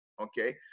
okay